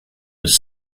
was